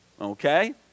okay